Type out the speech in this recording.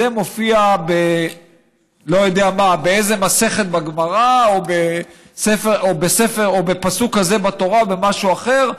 זה מופיע באיזו מסכת בגמרא או בספר או בפסוק כזה בתורה או במשהו אחר,